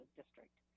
district